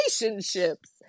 relationships